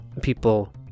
people